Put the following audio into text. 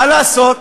מה לעשות.